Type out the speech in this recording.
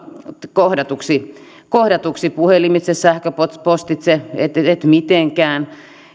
kohdatuksi kohdatuksi puhelimitse sähköpostitse et mitenkään